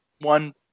one